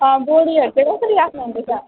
अँ बोडीहरू चाहिँ कसरी राख्नुहुँदैछ